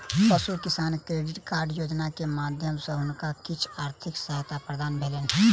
पशु किसान credit card योजना के माध्यम सॅ हुनका किछ आर्थिक सहायता प्राप्त भेलैन